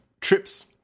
trips